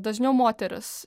dažniau moterys